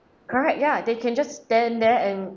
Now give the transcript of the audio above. correct ya they can just stand there and